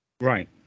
Right